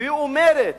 והיא אומרת,